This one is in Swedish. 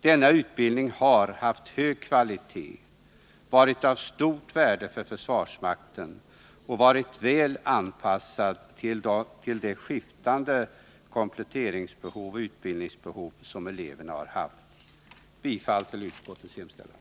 Denna utbildning har haft hög kvalitet, varit av stort värde för försvarsmakten och varit väl anpassad till de skiftande behov som eleverna haft. Jag yrkar bifall till utskottets hemställan.